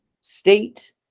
state